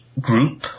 group